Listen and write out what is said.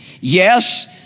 Yes